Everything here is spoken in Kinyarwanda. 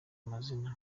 amazina